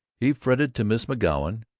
he fretted to miss mcgoun,